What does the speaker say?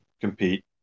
compete